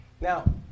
Now